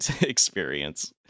experience